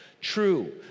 true